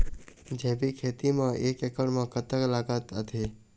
जैविक खेती म एक एकड़ म कतक लागत आथे?